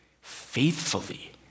Faithfully